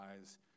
eyes